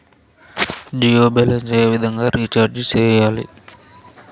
Jio balance ఏ విధంగా recharge సేయాలి?